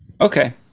Okay